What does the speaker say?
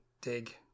dig